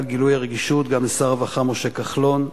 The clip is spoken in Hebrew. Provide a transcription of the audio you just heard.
על גילוי הרגישות, וגם לשר הרווחה משה כחלון.